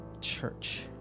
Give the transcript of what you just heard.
church